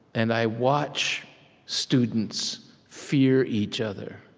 and i watch students fear each other.